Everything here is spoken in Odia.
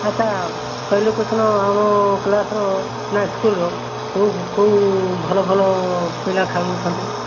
ଆଚ୍ଛା କହିଲୁ ଆମ କ୍ଲାସ୍ର ନା ସ୍କୁଲ୍ର କେଉଁ କେଉଁ ଭଲ ଭଲ ପିଲା ଖେଳୁଛନ୍ତି